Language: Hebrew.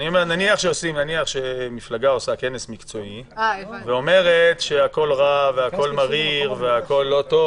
נניח שמפלגה עושה כנס מקצועי ואומרת שהכול רע והכול מריר ולא טוב